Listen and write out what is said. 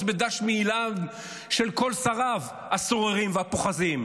בדש מעיליהם של כל שריו הסוררים והפוחזים.